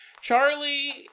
Charlie